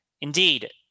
Indeed